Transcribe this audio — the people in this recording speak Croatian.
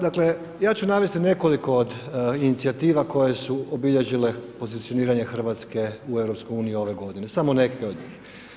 Dakle, ja ću navesti nekoliko od inicijativa koje su obilježile pozicioniranje Hrvatske u EU ove godine, samo neke od njih.